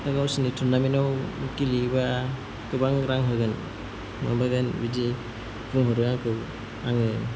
गावसोरनि टुरनामेन्टआव गेलेयोबा गोबां रां होगोन ओमफ्राय दा बिदि बुंहरो आंखौ आङो